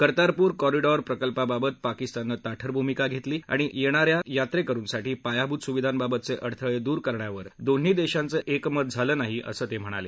Kartarpur corridor प्रकल्पाबाबत पकिस्ताननं ताठर भूमिका घेतली आणि येणा या यात्रेकरुसाठी पायाभूत सुविधांबाबतचे अडथळे दूर करण्यावर दोन्ही देशांचे एकमत झालं नाही असं ते म्हणाले